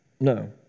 No